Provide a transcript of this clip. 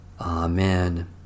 Amen